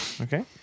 Okay